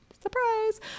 Surprise